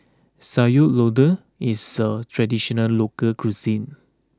Sayur Lodeh is a traditional local cuisine